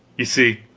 you see,